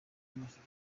amashusho